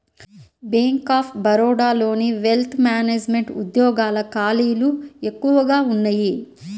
bank of బరోడాలోని wealth management ఉద్యోగాల ఖాళీలు ఎక్కువగా ఉన్నయ్యి